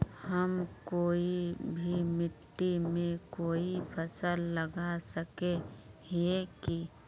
हम कोई भी मिट्टी में कोई फसल लगा सके हिये की?